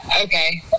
Okay